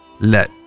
Let